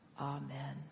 Amen